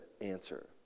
answer